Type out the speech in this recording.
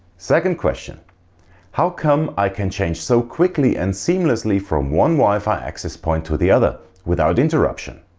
second question how come i can change so quickly and seamlessly from one wi-fi access point to the other without interruption?